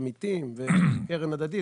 בגלל שזה מנגנון של עמיתים וקרן הדדית,